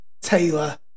Taylor